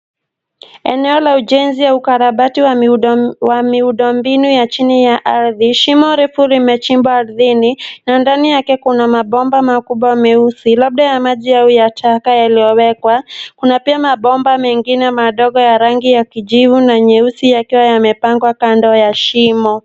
Eneo la ujenzi au ukarabati wa miundombinu ya chini ya ardhi. Shimo ndefu limechimbwa ardhini na ndani yake kuna mabomba meusi labda ya maji au ya taka yaliyowekwa. Kuna pia mabomba mengine madogo ya rangi ya kijivu na nyeusi yakiwa yamepangwa kando ya shimo.